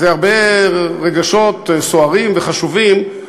זה הרבה רגשות סוערים וחשובים,